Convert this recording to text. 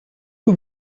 que